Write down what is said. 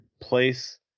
place